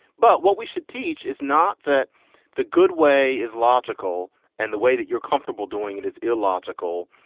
but what we should teach is not that the good way is logical and the way that you're comfortable doing it is illogical.